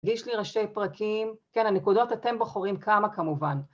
...גיש לי ראשי פרקים, כן הנקודות אתם בוחרים כמה כמובן.